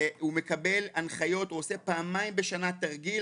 הוא מקבל הנחיות, הוא עושה פעמיים בשנה תרגיל.